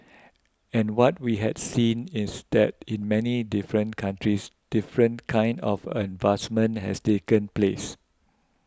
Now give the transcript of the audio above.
and what we had seen is that in many different countries different kinds of advancements have taken place